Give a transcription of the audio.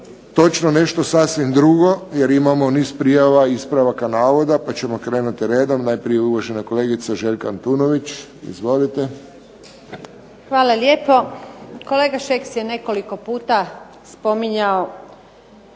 točno nešto sasvim drugo jer imamo niz prijava ispravaka navoda, pa ćemo krenuti redom. Najprije je uvažena kolegica Željka Antunović. Izvolite. **Antunović, Željka (SDP)** Hvala lijepo. Kolega Šeks je nekoliko puta spominjao